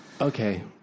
okay